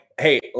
hey